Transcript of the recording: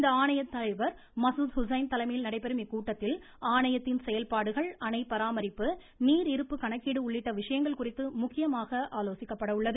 இந்த ஆணையத்தின் தலைவர் மசூத் ஹுசைன் தலைமையில் நடைபெறும் இக்கூட்டத்தில் ஆணையத்தின் செயல்பாடுகள் அணை பராமரிப்பு நீர் இருப்பு கணக்கீடு உள்ளிட்ட விஷயங்கள் குறித்து முக்கியமாக ஆலோசிக்கப்பட உள்ளது